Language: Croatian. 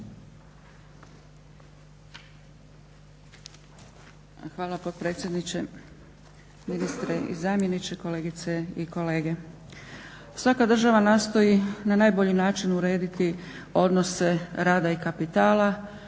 Hvala potpredsjedniče. Ministre i zamjeniče, kolegice i kolege. Svaka država nastoji na najbolji način urediti odnose rada i kapitala